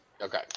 Okay